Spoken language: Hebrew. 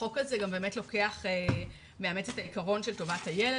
החוק הזה מאמץ את העיקרון של טובת הילד